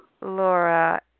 Laura